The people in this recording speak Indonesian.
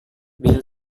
bill